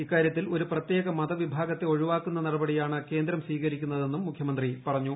ഇക്കാര്യത്തിൽ ഒരു പ്രിപ്ത്യേക മതവിഭാഗത്തെ ഒഴിവാക്കുന്ന നടപടിയാണ് കേന്ദ്രം സ്വീകരിക്കുന്നതെന്നും മുഖ്യമന്ത്രി പറഞ്ഞു